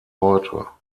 heute